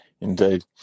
Indeed